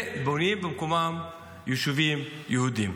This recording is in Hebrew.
ובונים במקומם יישובים יהודיים.